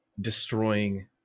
destroying